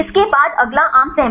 इसके बाद अगला आम सहमति है